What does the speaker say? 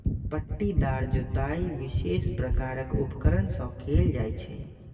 पट्टीदार जुताइ विशेष प्रकारक उपकरण सं कैल जाइ छै